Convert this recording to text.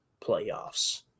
playoffs